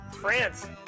France